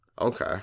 Okay